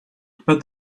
but